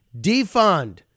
defund